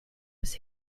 was